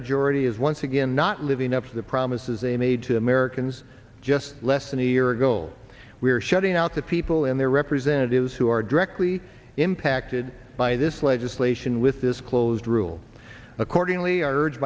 majority is once again not living up to the promises they made to americans just less than a year ago we are shutting out the people in their representatives who are directly impacted by this legislation with this closed rule accordingly urge